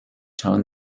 tone